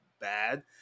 bad